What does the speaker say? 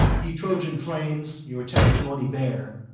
ye trojan flames, your testimony bear,